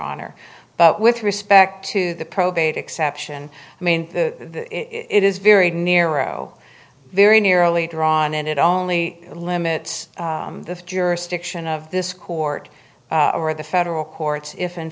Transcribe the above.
honor but with respect to the probate exception i mean the it is very narrow very narrowly drawn and it only limits the jurisdiction of this court or the federal courts if in